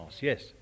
yes